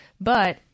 But-